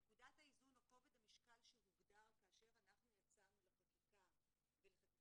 נקודת האיזון או כובד המשקל שהוגדר כאשר אנחנו יצאנו לחקיקה ולחקיקת